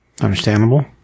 Understandable